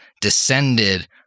descended